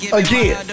again